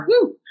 woo